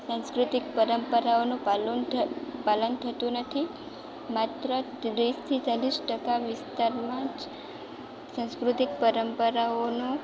સાંસ્કૃતિક પરંપરાઓનું પાલન થ પાલન થતું નથી માત્ર ત્રીસથી ચાલીસ ટકા વિસ્તારમાં જ સાંસ્કૃતિક પરંપરાઓનું